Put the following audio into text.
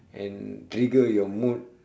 can trigger your mood